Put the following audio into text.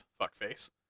fuckface